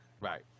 right